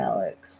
Alex